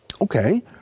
Okay